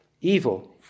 evil